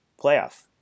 playoff